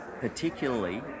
particularly